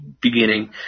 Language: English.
beginning